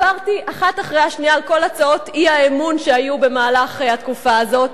עברתי אחת אחרי השנייה על כל הצעות האי-אמון שהיה במהלך התקופה הזאת,